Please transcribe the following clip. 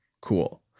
cool